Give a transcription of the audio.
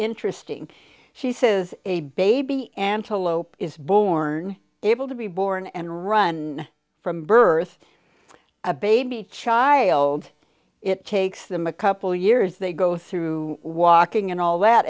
interesting she says a baby antelope is born able to be born and run from birth a baby child it takes them a couple years they go through walking and all that